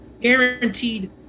guaranteed